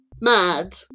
mad